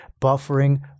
buffering